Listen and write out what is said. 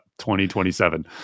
2027